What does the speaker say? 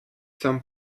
some